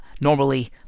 normally